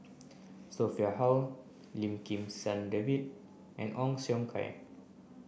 Sophia Hull Lim Kim San David and Ong Siong Kai